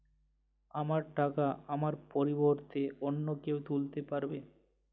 আমার টাকা আমার পরিবর্তে অন্য কেউ তুলতে পারবে?